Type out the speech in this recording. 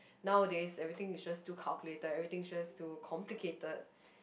nowadays everything is just too calculated everything just too complicated